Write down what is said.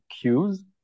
cues